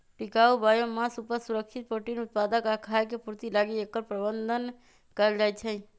टिकाऊ बायोमास उपज, सुरक्षित प्रोटीन उत्पादक आ खाय के पूर्ति लागी एकर प्रबन्धन कएल जाइछइ